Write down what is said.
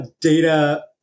data